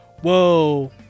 whoa